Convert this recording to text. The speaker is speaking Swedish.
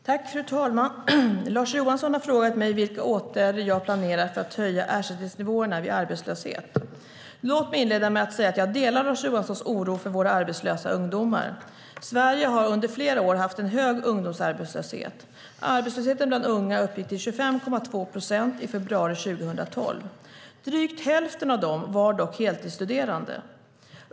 Fru talman! Lars Johansson har frågat mig vilka åtgärder jag planerar för att höja ersättningsnivåerna vid arbetslöshet. Låt mig inleda med att säga att jag delar Lars Johanssons oro för våra arbetslösa ungdomar. Sverige har under flera år haft en hög ungdomsarbetslöshet. Arbetslösheten bland unga uppgick till 25,2 procent i februari 2012. Drygt hälften av dem var dock heltidsstuderande.